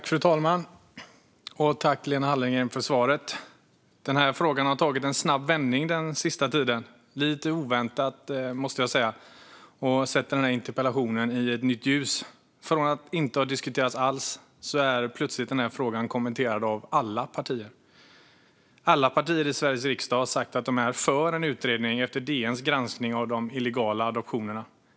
Fru talman! Tack, Lena Hallengren, för svaret! Den här frågan har tagit en snabb vändning den senaste tiden - lite oväntat måste jag säga - och satt interpellationen i ett nytt ljus. Från att frågan inte har diskuterats alls är den plötsligt kommenterad av alla partier. Alla partier i Sveriges riksdag har sagt att de är för en utredning efter DN:s granskning av de illegala adoptionerna.